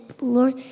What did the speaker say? Lord